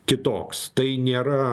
kitoks tai nėra